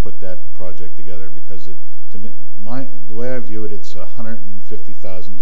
put that project together because it to my the way i view it it's one hundred fifty thousand